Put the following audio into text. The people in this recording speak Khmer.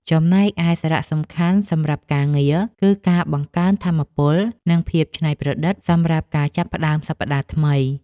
ចំណែកឯសារៈសំខាន់សម្រាប់ការងារ គឺការបង្កើនថាមពល និងភាពច្នៃប្រឌិតសម្រាប់ការចាប់ផ្ដើមសប្តាហ៍ថ្មី។